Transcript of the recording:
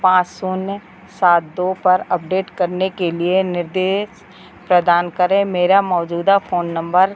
पाँच शून्य सात दो पर अपडेट करने के लिए निर्देश प्रदान करें मेरा मौजूदा फोन नंबर